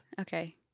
Okay